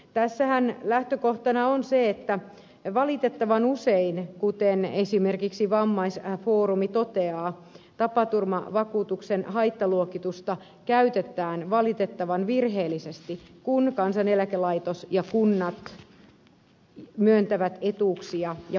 tässähän lähtökohtana on se että valitettavan usein kuten esimerkiksi vammaisfoorumi toteaa tapaturmavakuutuksen haittaluokitusta käytetään valitettavan virheellisesti kun kansaneläkelaitos ja kunnat myöntävät etuuksia ja palveluita